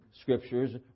Scriptures